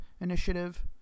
initiative